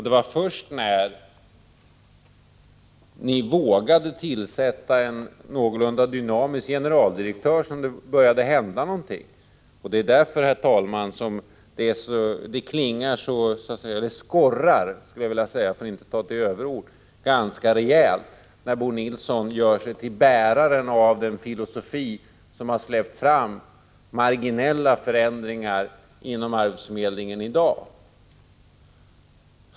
Det var först när ni vågade tillsätta en någorlunda dynamisk generaldirektör som det började hända någonting. Det är därför det skorrar ganska rejält när Bo Nilsson gör sig till bärare av den filosofi som har gjort att man i dag har släppt fram marginella förändringar inom arbetsförmedlingen.